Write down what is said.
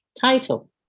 title